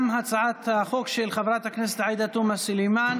גם הצעת החוק של חברת הכנסת עאידה תומא סלימאן